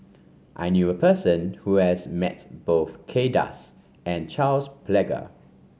I knew a person who has met both Kay Das and Charles Paglar